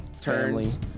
turns